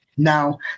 Now